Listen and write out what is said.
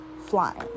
flying